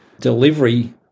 delivery